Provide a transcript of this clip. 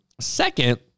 Second